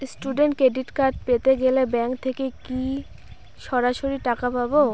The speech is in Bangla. স্টুডেন্ট ক্রেডিট কার্ড পেতে গেলে ব্যাঙ্ক থেকে কি সরাসরি টাকা পাবো?